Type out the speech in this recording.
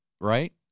Right